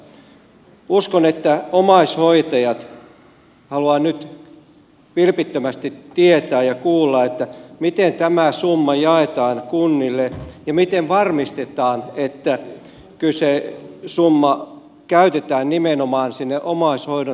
uskon että omaishoitajat haluavat nyt vilpittömästi tietää ja kuulla miten tämä summa jaetaan kunnille ja miten varmistetaan että kyseinen summa käytetään nimenomaan omaishoidon tukipalveluihin